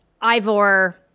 Ivor